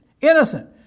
Innocent